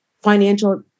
financial